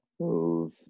move